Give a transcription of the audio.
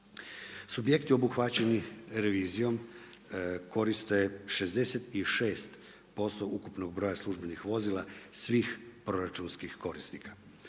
Subjekti obuhvaćeni revizijom koriste 66% ukupnog broja službenih vozila svih proračunskih korisnika.